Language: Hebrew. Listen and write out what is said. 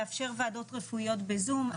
לאפשר ועדות רפואיות בזום,